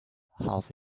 half